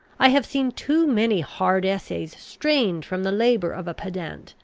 i have seen too many hard essays strained from the labour of a pedant,